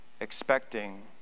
Expecting